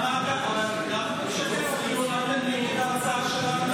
אמרתי, שוויון זכויות לכולם.